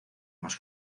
más